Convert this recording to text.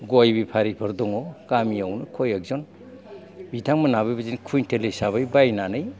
गय बेफारिफोर दङ गामियावनो खय एख जन बिथांमोनहाबो बिदिनो खुइनथेल हिसाबै बायनानै